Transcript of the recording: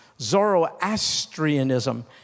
Zoroastrianism